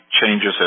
changes